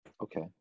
Okay